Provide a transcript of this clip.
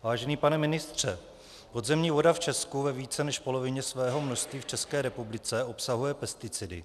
Vážený pane ministře, podzemní voda v Česku ve více než polovině svého množství v České republice obsahuje pesticidy.